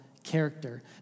Character